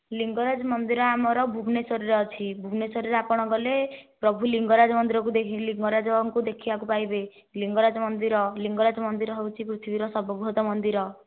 ଲିଙ୍ଗରାଜ ମନ୍ଦିର ଆମର ଭୁବନେଶ୍ବରରେ ଅଛି ଭୁବନେଶ୍ବରରେ ଆପଣ ଗଲେ ପ୍ରଭୁ ଲିଙ୍ଗରାଜ ମନ୍ଦିର କୁ ଦେଖି ଲିଙ୍ଗରାଜଙ୍କୁ ଦେଖିବାକୁ ପାଇବେ ଲିଙ୍ଗରାଜ ମନ୍ଦିର ଲିଙ୍ଗରାଜ ମନ୍ଦିର ହେଉଛି ପୃଥିବୀର ସର୍ବ ବୃହତ ମନ୍ଦିର